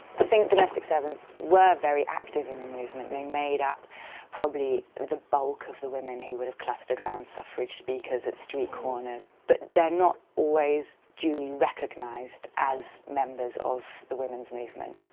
i think domestic servants were very active in the movement. they made up probably the bulk of the women who would have clustered around suffrage speakers at street corners. but they're always duly recognised as members of the women's movement.